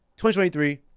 2023